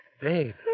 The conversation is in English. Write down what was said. Babe